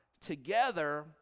together